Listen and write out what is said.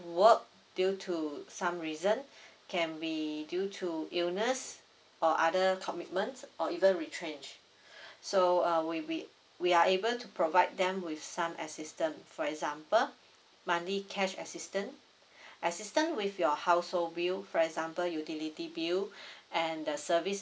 work due to some reason can be due to illness or other commitments or even retrench so uh we we we are able to provide them with some assistance for example monthly cash assistance assistance with your household bill for example utility bill and the service